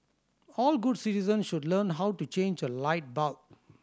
all good citizens should learn how to change a light bulb